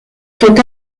sont